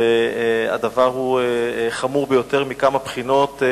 והדבר חמור ביותר מכמה בחינות: